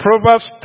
Proverbs